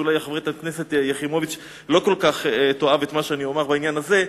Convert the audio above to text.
ואולי חברת הכנסת יחימוביץ לא כל כך תאהב את מה שאני אומר בעניין הזה,